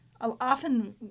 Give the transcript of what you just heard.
Often